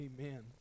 Amen